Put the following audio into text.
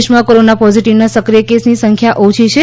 દેશમાં કોરોના પોઝીટીવનાં સક્રિય કેસની સંખ્યા પણ ઓછી થઇ છે